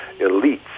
elites